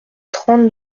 trente